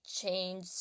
change